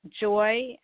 joy